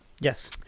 Yes